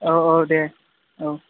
औ औ दे दे औ